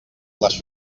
les